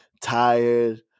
tired